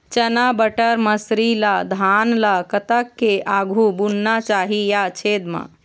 चना बटर मसरी ला धान ला कतक के आघु बुनना चाही या छेद मां?